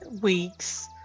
weeks